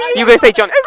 you guys say johnny?